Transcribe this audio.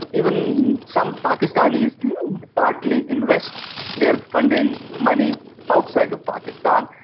even some pakistanis partly invest their funding money outside of pakistan.